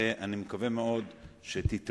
ואני מקווה מאוד שתתרמי,